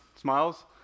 smiles